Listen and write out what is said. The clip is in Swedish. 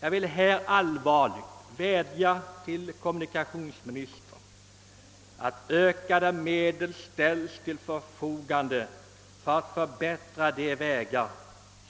Jag vill här allvarligt vädja till kommunikationsministern att ökade medel ställs till förfogande för att förbättra de vägar